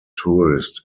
tourist